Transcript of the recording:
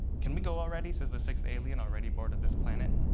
can we go already, says the sixth alien, already bored of this planet.